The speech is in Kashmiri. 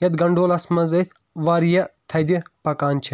یَتھ گنڈولاہس منٛز أسۍ واریاہ تھدِ پَکان چھِ